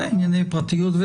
זה ענייני פרטיות,